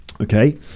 okay